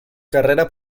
carrera